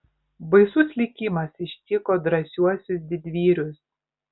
baisus likimas ištiko drąsiuosius didvyrius